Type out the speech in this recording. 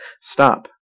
stop